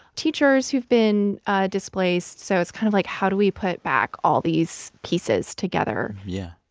teachers who've been displaced. so it's kind of like, how do we put back all these pieces together? yeah,